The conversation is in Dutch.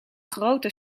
grote